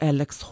Alex